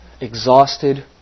exhausted